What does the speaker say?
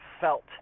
felt